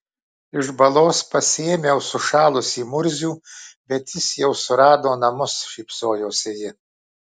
iš balos pasiėmiau sušalusį murzių bet jis jau surado namus šypsojosi ji